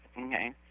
okay